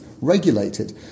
regulated